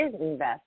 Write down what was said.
invest